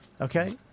Okay